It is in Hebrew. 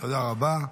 תודה רבה.